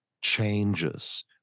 changes